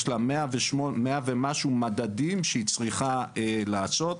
יש לה מאה ומשהו מדדים שהיא צריכה לעשות.